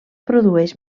produeix